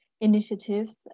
initiatives